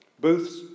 Booth's